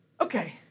Okay